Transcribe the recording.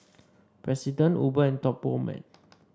President Uber and Top Gourmet